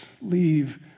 Leave